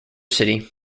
city